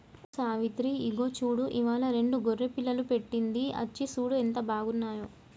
ఓ సావిత్రి ఇగో చూడు ఇవ్వాలా రెండు గొర్రె పిల్లలు పెట్టింది అచ్చి సూడు ఎంత బాగున్నాయో